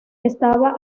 estaba